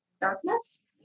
darkness